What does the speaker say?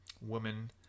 woman